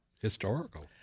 historical